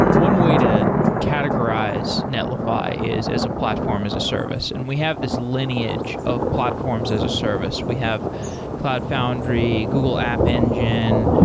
one way to categorize netlify is as a platform as a service, and we have this lineage of platforms as a service. we have cloud foundry, google app engine,